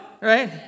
Right